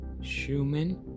Schumann